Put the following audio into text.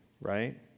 right